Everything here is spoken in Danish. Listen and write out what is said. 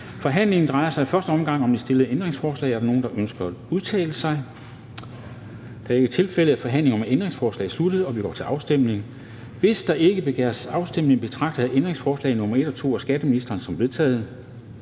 Forhandlingen drejer sig i første omgang om de stillede ændringsforslag. Er der nogen, der ønsker at udtale sig? Da det ikke er tilfældet, er forhandlingen om ændringsforslag sluttet, og vi går til afstemning. Kl. 12:52 Afstemning Formanden (Henrik Dam Kristensen): Hvis der ikke begæres afstemning, betragter jeg ændringsforslag nr. 1 og 2 af skatteministeren som vedtaget.